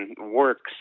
works